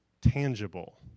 tangible